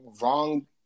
wrong